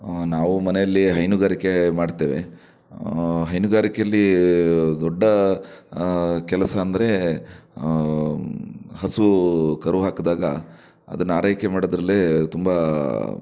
ನಾವು ಮನೆಯಲ್ಲಿ ಹೈನುಗಾರಿಕೆ ಮಾಡ್ತೇವೆ ಹೈನುಗಾರಿಕೆಯಲ್ಲಿ ದೊಡ್ಡ ಕೆಲಸ ಅಂದರೆ ಹಸು ಕರು ಹಾಕಿದಾಗ ಅದನ್ನ ಆರೈಕೆ ಮಾಡೋದರಲ್ಲೇ ತುಂಬ